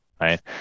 right